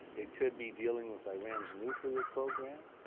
it could be dealing with iran's nuclear program.